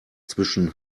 zwischen